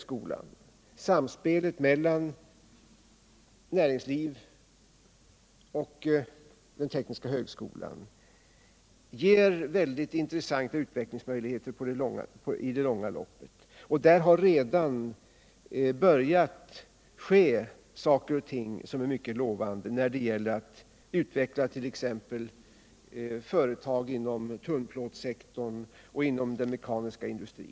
Samspelet mellan näringslivet och tekniska högskolan ger stora utvecklingsmöjligheter i det långa loppet, och det har börjat ske en del som är mycket lovande då det gäller att utveckla 1. ex. företag inom tunnplåtssektorn och inom den mekaniska industrin.